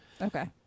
okay